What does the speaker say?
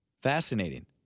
Fascinating